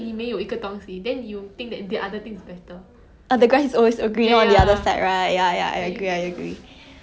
but like what what are your thoughts on like how to say body image positivity like you know those very like